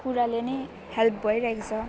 कुराले नै हेल्प भइरहेको छ